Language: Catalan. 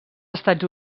estats